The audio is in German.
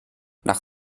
nach